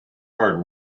heart